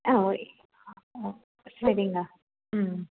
ஆ ஓய் ஆ சரிங்க ம்